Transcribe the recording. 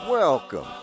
Welcome